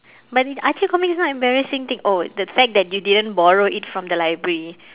but it archie comics is not embarrassing thing oh the fact that you didn't borrow it from the library